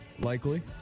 Likely